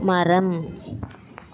மரம்